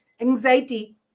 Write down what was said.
anxiety